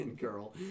girl